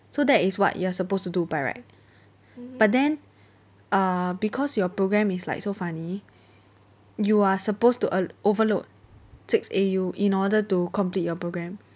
so that is what you are supposed to do by right but then uh because your programme is like so funny you are supposed to o~ overload six A_U in order to complete your programme